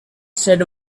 said